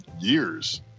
years